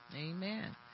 Amen